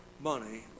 money